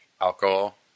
alcohol